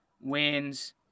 wins